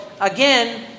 again